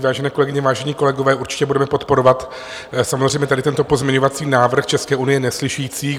Vážené kolegyně, vážení kolegové, určitě budeme podporovat samozřejmě tady tento pozměňovací návrh České unie neslyšících.